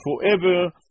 forever